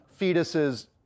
fetuses